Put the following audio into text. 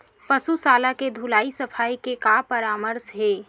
पशु शाला के धुलाई सफाई के का परामर्श हे?